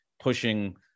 Pushing